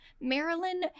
Marilyn